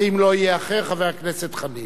אם לא יהיה אחר, חבר הכנסת חנין.